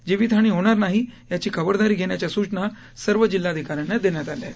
जीवितहानी होणार नाही याची खबरदारी घेण्याच्या सूचना सर्व जिल्हाधिकाऱ्यांना देण्यात आल्या आहेत